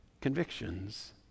convictions